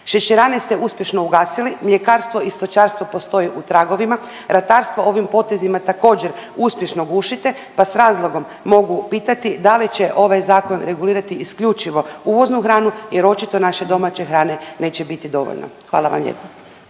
Šećerane ste uspješno ugasili, mljekarstvo i stočarstvo postoji u tragovima, ratarstvo ovim potezima također uspješno gušite pa s razlogom mogu pitati da li će ovaj zakon regulirati isključivo uvoznu hranu jer očito naše domaće hrane neće biti dovoljno. Hvala vam lijepo.